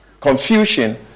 confusion